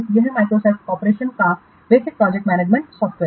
यह Microsoft Corporation का basic project management software है